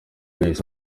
yahise